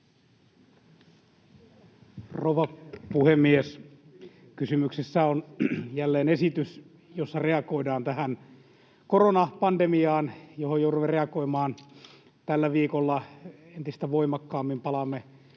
Rouva puhemies! Kysymyksessä on jälleen esitys, jossa reagoidaan tähän koronapandemiaan, johon joudumme reagoimaan tällä viikolla entistä voimakkaammin. Palaamme